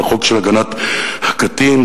בחוק להגנת הקטין,